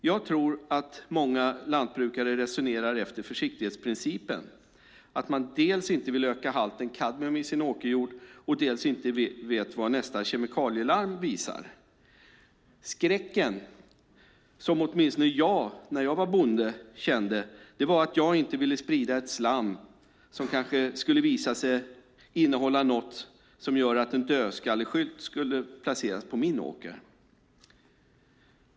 Jag tror att många lantbrukare resonerar efter försiktighetsprincipen. Dels vill man inte öka halten av kadmium i sin åkerjord, dels vet man inte vad nästa kemikalielarm visar. Skräcken, som åtminstone jag kände när jag var bonde, var att jag inte ville sprida ett slam som kanske skulle visa sig innehålla något som gör att en dödskalleskylt placeras på min åker.